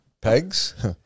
Pegs